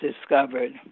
discovered